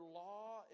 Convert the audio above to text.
law